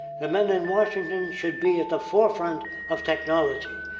the men in washington should be at the forefront of technology.